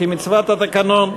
כמצוות התקנון,